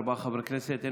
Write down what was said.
ארבעה חברי כנסת הצביעו בעד,